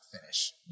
finish